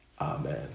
amen